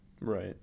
Right